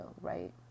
right